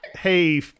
Hey